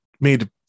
made